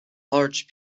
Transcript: large